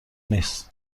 نیست